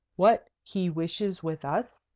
what he wishes with us?